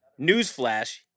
Newsflash